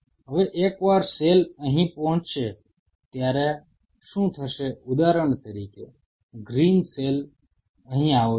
હવે એકવાર સેલ અહીં પહોંચશે ત્યારે શું થશે ઉદાહરણ તરીકે ગ્રીન સેલ અહીં આવે છે